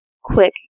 quick